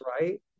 right